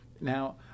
Now